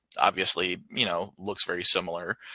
obviously, you know looks very similar.